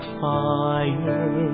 fire